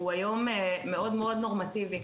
הוא היום מאוד נורמטיבי,